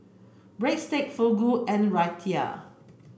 Breadstick Fugu and Raita